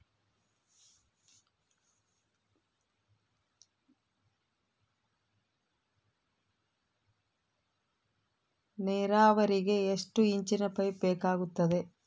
ನೇರಾವರಿಗೆ ಎಷ್ಟು ಇಂಚಿನ ಪೈಪ್ ಬೇಕಾಗುತ್ತದೆ?